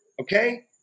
Okay